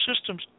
systems